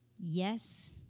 Yes